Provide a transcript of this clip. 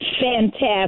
Fantastic